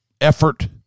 effort